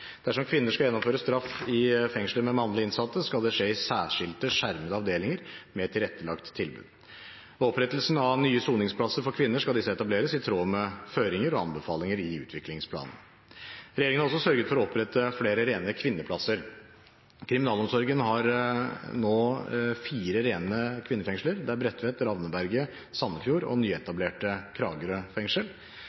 Dersom kvinner skal gjennomføre straff i fengsler med mannlige innsatte, skal det skje i særskilte, skjermede avdelinger med tilrettelagt tilbud. Ved opprettelsen av nye soningsplasser for kvinner skal disse etableres i tråd med føringer og anbefalinger i utviklingsplanen. Regjeringen har også sørget for å opprette flere rene kvinneplasser. Kriminalomsorgen har nå fire rene kvinnefengsler. Det er Bredtveit, Ravneberget, Sandefjord og